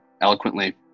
eloquently